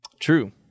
True